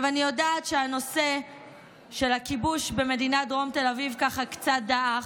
אני יודעת שהנושא של הכיבוש במדינת דרום תל אביב ככה קצת דעך,